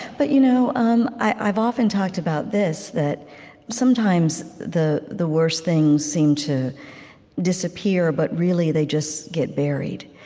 but you know um i've often talked about this, that sometimes the the worst things seem to disappear, but really, they just get buried.